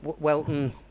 Welton